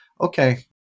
Okay